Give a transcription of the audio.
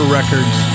Records